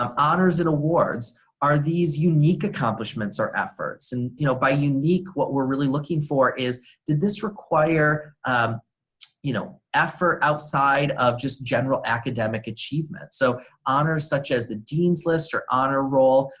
um honors and awards are these unique accomplishments or efforts. and you know by unique what we're really looking for is did this require um you know effort outside of just general academic achievement. so honors such as the dean's list or honor roll,